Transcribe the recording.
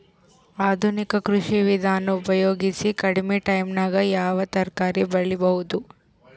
ಆಧುನಿಕ ಕೃಷಿ ವಿಧಾನ ಉಪಯೋಗಿಸಿ ಕಡಿಮ ಟೈಮನಾಗ ಯಾವ ತರಕಾರಿ ಬೆಳಿಬಹುದು?